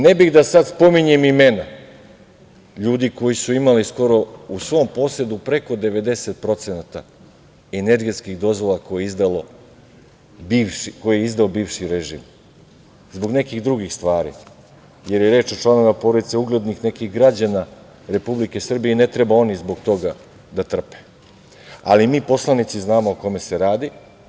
Ne bih da sada spominjem imena ljudi koji su imali skoro u svom posedu preko 90% energetskih dozvola koje je izdao bivši režim, zbog nekih drugih stvari, jer je reč o članovima porodice nekih uglednih građana Republike Srbije i ne treba oni zbog toga da trpe, ali mi poslanici znamo o kome se radi.